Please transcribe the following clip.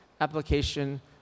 application